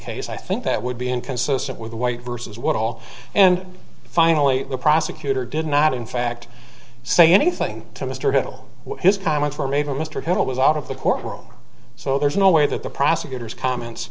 case i think that would be inconsistent with white versus what all and finally the prosecutor did not in fact say anything to mr hill his comments were made or mr kendall was out of the courtroom so there's no way that the prosecutor's comments